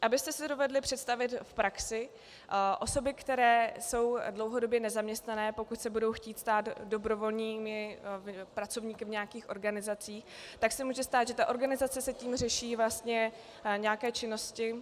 Abyste si to dovedli představit v praxi osoby, které jsou dlouhodobě nezaměstnané, pokud se budou chtít stát dobrovolnými pracovníky v nějakých organizacích, tak se může stát, že ta organizace si tím řeší vlastně nějaké činnosti...